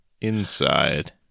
inside